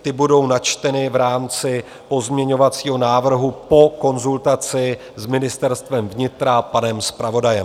Ty budou načteny v rámci pozměňovacího návrhu po konzultaci s Ministerstvem vnitra panem zpravodajem.